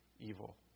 evil